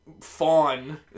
fawn